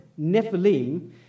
Nephilim